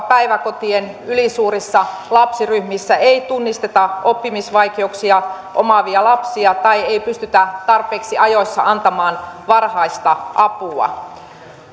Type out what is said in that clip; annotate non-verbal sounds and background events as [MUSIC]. [UNINTELLIGIBLE] päiväkotien ylisuurissa lapsiryhmissä ei tunnisteta oppimisvaikeuksia omaavia lapsia tai ei pystytä tarpeeksi ajoissa antamaan varhaista apua